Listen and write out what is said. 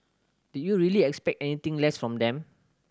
did you really expect anything less from them